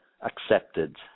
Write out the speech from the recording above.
accepted